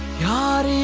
god